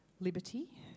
liberty